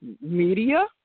media